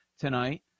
tonight